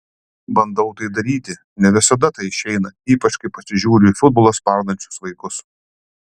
bandau tai daryti ne visada tai išeina ypač kai pasižiūriu į futbolą spardančius vaikus